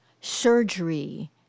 surgery